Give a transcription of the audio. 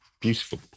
Beautiful